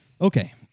Okay